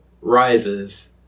rises